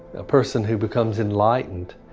a person who becomes enlightened,